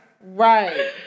Right